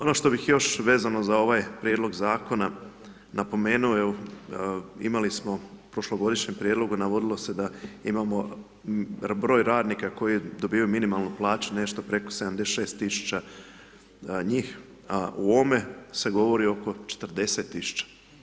Ono što bih još vezano za ovaj prijedloga zakona napomenuo evo, imali smo u prošlogodišnjem prijedlogu, navodilo se da imamo broj radnika koji dobivaju minimalnu plaću nešto preko 76000 njih, a u ovome se govori oko 40000.